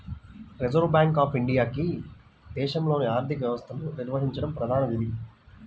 reserve bank of ఇండియాకి దేశంలోని ఆర్థిక వ్యవస్థను నిర్వహించడం ప్రధాన విధి